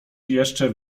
jeszcze